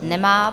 Nemá.